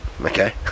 okay